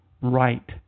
right